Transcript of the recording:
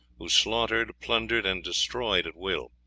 who slaughtered, plundered, and destroyed at will.